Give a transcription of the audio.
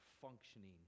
functioning